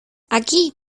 aquí